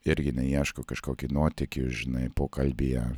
irgi neieško kažkokį nuotykį žinai pokalbyje